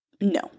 No